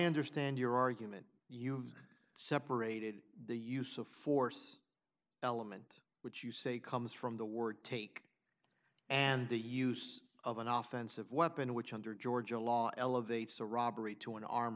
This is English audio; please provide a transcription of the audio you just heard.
understand your argument you've separated the use of force element which you say comes from the word take and the use of an office of weapon which under georgia law elevates the robbery to an armed